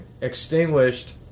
extinguished